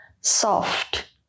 soft